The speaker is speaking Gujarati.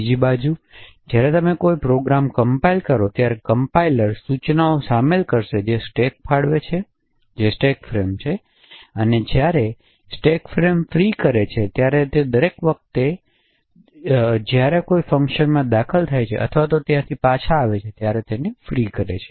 બીજી બાજુ જ્યારે તમે કોઈ પ્રોગ્રામ કમ્પાઇલ કરો ત્યારે કમ્પાઇલર સૂચનાઓ શામેલ કરશે જે સ્ટેક ફાળવે છે જે સ્ટેક ફ્રેમ છે અને જ્યારે સ્ટેક ફ્રેમ ફ્રી કરે છે ત્યારે દર વખતે જ્યારે કોઈ ફંકશન દાખલ થાય છે અથવા અનુક્રમે પાછા આવે છે